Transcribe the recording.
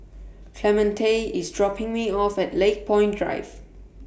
Clemente IS dropping Me off At Lakepoint Drive